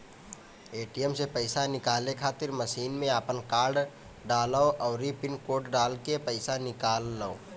ATM से पईसा निकाले खातिर मशीन में आपन कार्ड डालअ अउरी पिन कोड डालके पईसा निकाल लअ